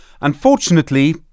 Unfortunately